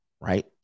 Right